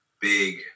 big